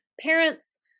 parents